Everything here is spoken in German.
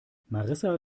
marissa